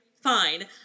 fine